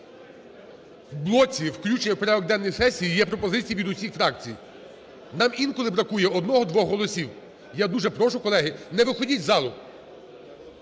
В блоці "включення в порядок денний сесії" є пропозиції від усіх фракцій, нам інколи бракує одного-двох голосів. Я дуже прошу, колеги, не виходьте з залу.